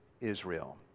Israel